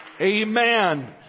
Amen